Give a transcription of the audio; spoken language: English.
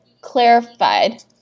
clarified